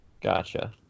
Gotcha